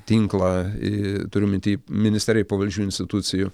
tinklą ė turiu minty ministerijai pavaldžių institucijų